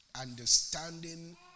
Understanding